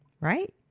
Right